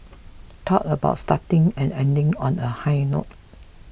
talk about starting and ending on a high note